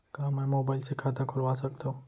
का मैं मोबाइल से खाता खोलवा सकथव?